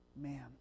Man